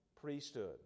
priesthood